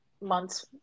months